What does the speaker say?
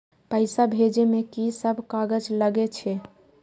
पैसा भेजे में की सब कागज लगे छै?